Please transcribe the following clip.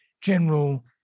general